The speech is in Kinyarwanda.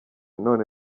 none